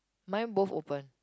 mine both open